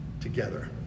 together